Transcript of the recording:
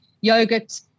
yogurt